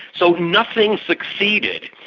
so nothing succeeded,